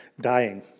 dying